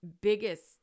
biggest